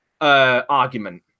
argument